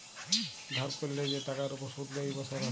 ধার ক্যরলে যে টাকার উপর শুধ লেই বসরে